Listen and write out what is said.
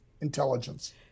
intelligence